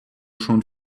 schon